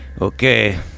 Okay